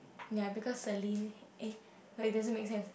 ya because Celine eh wait it doesn't make sense